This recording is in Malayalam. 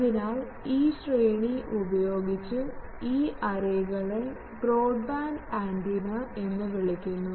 അതിനാൽ ഈ ശ്രേണി ഉപയോഗിച്ച് ഈ എറേകളെ ബ്രോഡ്ബാൻഡ് ആൻറിന എന്ന് വിളിക്കുന്നു